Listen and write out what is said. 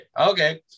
Okay